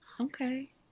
Okay